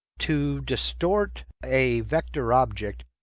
to distort a vector object,